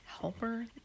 helper